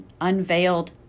unveiled